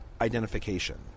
identification